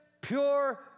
pure